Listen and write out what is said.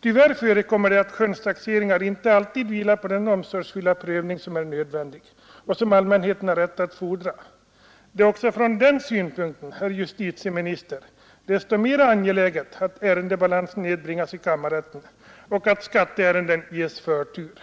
Tyvärr förekommer det att skönstaxeringar inte alltid vilar på den omsorgsfulla prövning som är nödvändig och som allmänheten har rätt att fordra. Det är också ur den synpunkten, herr justitieminister, desto mera angeläget att ärendebalansen nedbringas i kammarrätten och att skatteärenden ges förtur.